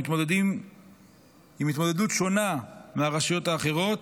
שמתמודדות התמודדות שונה מהרשויות האחרות,